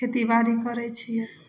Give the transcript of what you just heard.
खेती बारी करै छियै